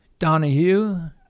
Donahue